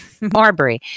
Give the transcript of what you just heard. marbury